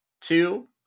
two